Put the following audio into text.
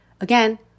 again